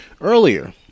earlier